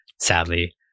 sadly